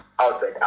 outside